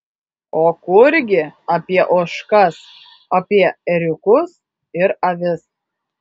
o kurgi apie ožkas apie ėriukus ir avis